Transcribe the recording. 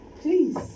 Please